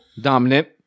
dominant